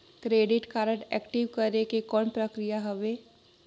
Credit card active करे के कौन प्रक्रिया हवे?